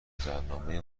گذرنامه